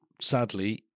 Sadly